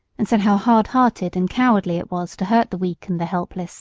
and said how hard-hearted and cowardly it was to hurt the weak and the helpless